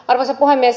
arvoisa puhemies